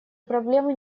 проблемы